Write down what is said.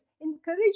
Encourage